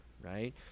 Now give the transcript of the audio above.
Right